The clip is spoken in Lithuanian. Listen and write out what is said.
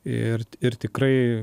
ir ir tikrai